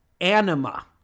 anima